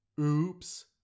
Oops